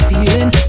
Feeling